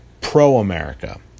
pro-America